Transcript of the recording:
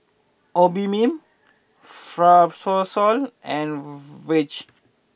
Obimin Fibrosol and Vichy